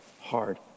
hard